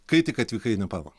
kai tik atvykai į nepalą